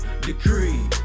decree